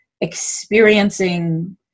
experiencing